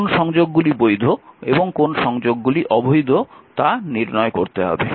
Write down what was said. কোন সংযোগগুলি বৈধ এবং কোন সংযোগগুলি অবৈধ তা নির্ণয় করতে হবে